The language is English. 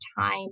time